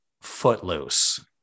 Footloose